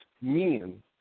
men